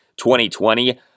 2020